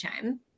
time